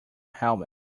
helmet